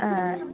आ